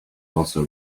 also